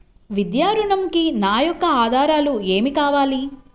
విద్యా ఋణంకి నా యొక్క ఆధారాలు ఏమి కావాలి?